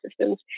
systems